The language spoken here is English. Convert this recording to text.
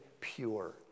pure